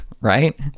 Right